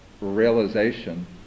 realization